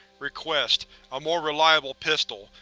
request a more reliable pistol.